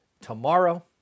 tomorrow